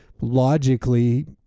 logically